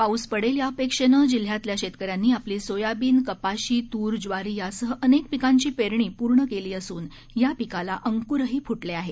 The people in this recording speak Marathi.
पाऊस पडेल या अपेक्षेनं जिल्ह्यातल्या शेतकऱ्यांनी आपली सोयाबीन कपाशी तूर ज्वारी यासह अनेक पिकांची पेरणी पूर्ण केली असून या पिकाला अंकुरही फुटले आहेत